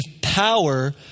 power